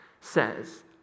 says